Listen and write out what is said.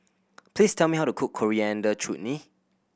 please tell me how to cook Coriander Chutney